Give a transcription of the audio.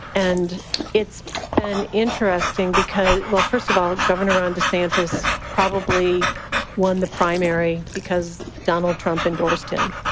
and it's an interesting because well, first of all, governor ron desantis probably won the primary because donald trump endorsed him.